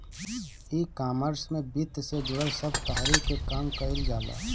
ecommerce में वित्त से जुड़ल सब तहरी के काम कईल जाला